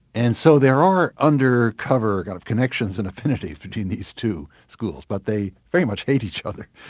and so there are undercover kind of connections and affinities between these two schools, but they very much hate each other,